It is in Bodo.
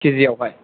केजियावहाय